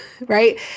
right